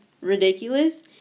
ridiculous